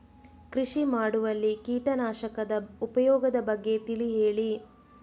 ಕೃಷಿ ಮಾಡುವಲ್ಲಿ ಕೀಟನಾಶಕದ ಉಪಯೋಗದ ಬಗ್ಗೆ ತಿಳಿ ಹೇಳಿ